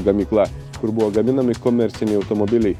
gamykla kur buvo gaminami komerciniai automobiliai